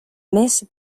més